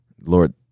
lord